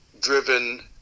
driven